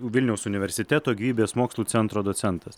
vilniaus universiteto gyvybės mokslų centro docentas